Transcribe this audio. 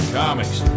comics